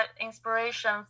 inspiration